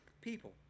people